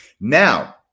Now